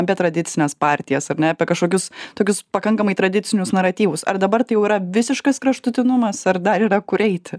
apie tradicines partijas ar ne apie kažkokius tokius pakankamai tradicinius naratyvus ar dabar tai jau yra visiškas kraštutinumas ar dar yra kur eiti